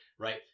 Right